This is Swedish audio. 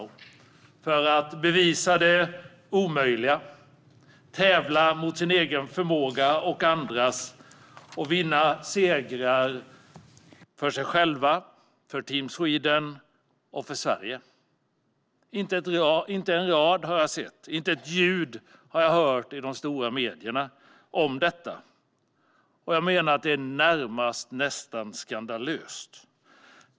De är där för att bevisa att ingenting är omöjligt, för att tävla mot sin egen förmåga och andras och vinna segrar för sig själva, för Team Sweden och för Sverige. Om detta har jag inte sett en rad eller hört ett ljud i de stora medierna. Det är nästan skandalöst.